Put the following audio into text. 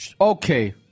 Okay